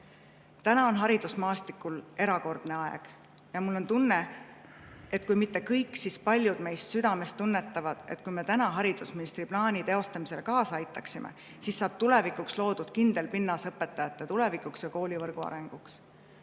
on haridusmaastikul erakordne aeg ja mul on tunne, et kui mitte kõik, siis paljud meist südames tunnetavad, et kui me täna haridusministri plaani teostamisele kaasa aitame, siis saab tulevikuks loodud kindel pinnas õpetajate tulevikuks ja koolivõrgu arenguks.